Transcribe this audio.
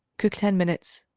cook ten minutes.